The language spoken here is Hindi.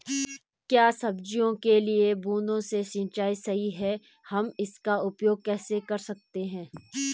क्या सब्जियों के लिए बूँद से सिंचाई सही है हम इसका उपयोग कैसे कर सकते हैं?